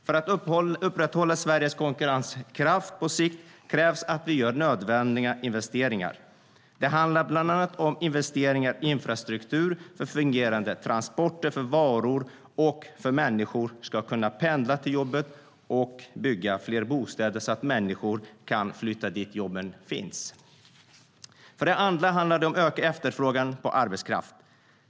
För att upprätthålla Sveriges konkurrenskraft på sikt krävs att vi gör nödvändiga investeringar. Det handlar bland annat om investeringar i infrastruktur för fungerande transporter för varor och för att människor ska kunna pendla till jobbet och bygga fler bostäder, så att människor kan flytta dit där jobben finns. För det andra handlar det om att öka efterfrågan på arbetskraft.